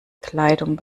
kleidung